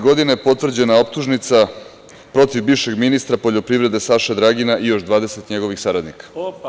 Godine 2013. je potvrđena optužnica protiv bivšeg ministra poljoprivrede Saše Dragina i još 20 njegovih saradnika.